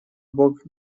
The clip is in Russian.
бог